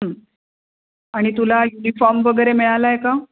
आणि तुला युनिफॉर्म वगैरे मिळाला आहे का